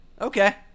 Okay